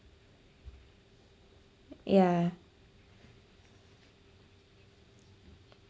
yeah